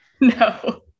No